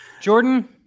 Jordan